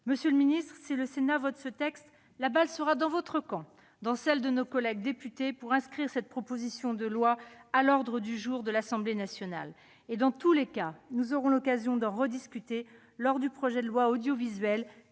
Monsieur le secrétaire d'État, si le Sénat vote ce texte, la balle sera dans votre camp, et dans celle de nos collègues députés, pour inscrire cette proposition de loi à l'ordre du jour de l'Assemblée nationale ! Et, dans tous les cas, nous aurons l'occasion de rediscuter de ce sujet lors de